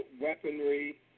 weaponry